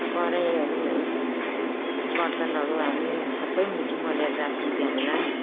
कराहीहरू बर्तनहरू हामी सबै मोलेर राख्छौँ त्यहाँबाट